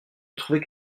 trouvait